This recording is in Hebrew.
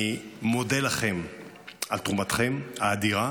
אני מודה לכם על תרומתכם האדירה